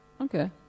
Okay